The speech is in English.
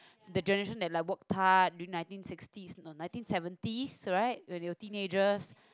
the generation that like work hard during nineteen sixties or nineteen seventies right when you were teenagers